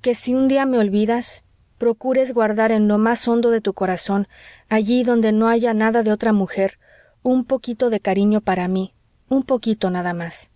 que si un día me olvidas procures guardar en lo más hondo de tu corazón allí donde no haya nada de otra mujer un poquito de cariño para mí un poquito nada más